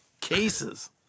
Cases